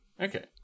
Okay